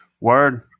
Word